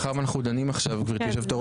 מאחר ואנחנו דנים עכשיו גברתי יושבת הראש.